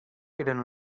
eren